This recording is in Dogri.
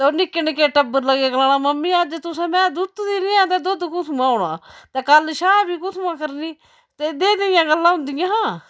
ते ओह् निक्के निक्के टब्बर लगे गलाना मम्मी अज्ज तुसें अज्ज मैंह् दूत्ती दी नी ऐ ते दुद्ध कुथुंआं होना ते कल छाह् बी कुत्थुआं करनी ते देई देई गल्लां होंदियां हियां